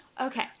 Okay